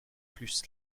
plus